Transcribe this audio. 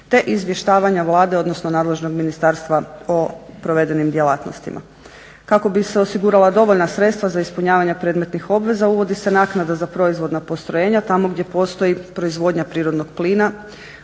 te izvještavanja Vlade, odnosno nadležnog ministarstva o provedenim djelatnostima. Kako bi se osigurala dovoljna sredstva za ispunjavanje predmetnih obveza uvodi se naknada za proizvodna postrojenja tamo gdje postoji proizvodnja prirodnog plina,